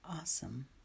awesome